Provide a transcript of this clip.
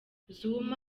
zuma